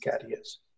carriers